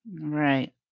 Right